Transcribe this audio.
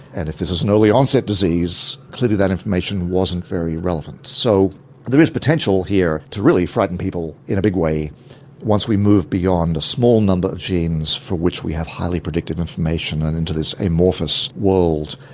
and if this is an early onset disease clearly that information wasn't very relevant. so there is potential here to really frighten people in a big way once we move beyond a small number of genes for which we have highly predictive information and into this amorphous world.